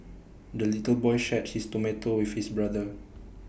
the little boy shared his tomato with his brother